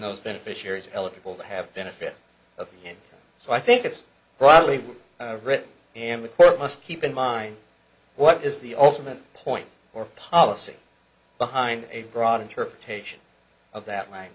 those beneficiaries are eligible to have benefit of and so i think it's probably written and the court must keep in mind what is the ultimate point or policy behind a broad interpretation of that